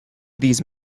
these